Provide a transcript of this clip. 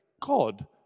God